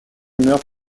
humeur